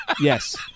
yes